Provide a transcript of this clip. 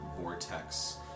vortex